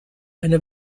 eine